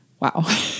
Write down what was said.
wow